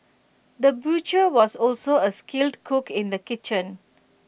the butcher was also A skilled cook in the kitchen